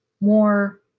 more